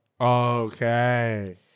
Okay